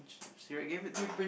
she'd give it to me